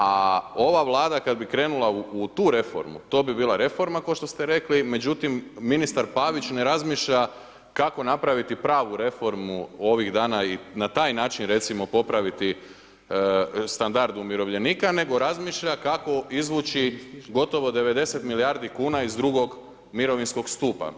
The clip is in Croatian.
A ova Vlada kada bi krenula u tu reformu, to bi bila reforma, ko što ste rekli, međutim, ministar Pavić ne razmišlja kako napraviti pravu reformu, ovih dana i na taj način, recimo popraviti standard umirovljenika, nego razmišlja kako izvući gotovo 90 milijardi kuna iz drugog mirovinskog stupa.